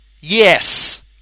Yes